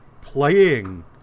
playing